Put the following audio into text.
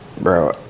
Bro